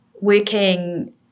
working